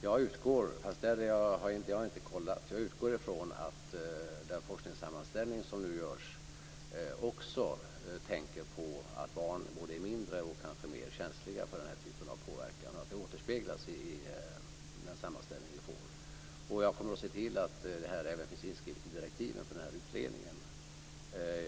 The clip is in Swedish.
Jag utgår ifrån, men det har jag inte kollat, att den forskningssammanställning som nu görs också tänker på att barn både är mindre och kanske mer känsliga för den här typen av påverkan och att det återspeglas i den sammanställning vi får. Jag kommer att se till att detta även finns inskrivet i direktiven för den här utredningen.